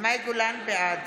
בעד